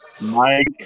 Mike